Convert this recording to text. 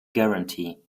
guarantee